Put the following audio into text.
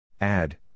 Add